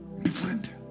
different